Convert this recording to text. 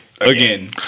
Again